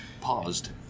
paused